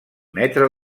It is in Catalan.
metre